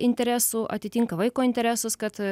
interesų atitinka vaiko interesus kad